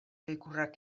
ikurrak